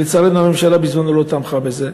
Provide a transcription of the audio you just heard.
לצערנו, הממשלה בזמנו לא תמכה בזה.